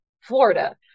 Florida